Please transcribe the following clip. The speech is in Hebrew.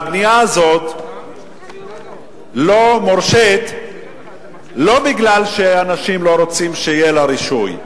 הבנייה הזאת לא מורשית לא מפני שאנשים לא רוצים שיהיה לה רישוי,